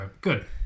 good